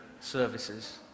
services